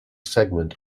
segment